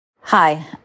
Hi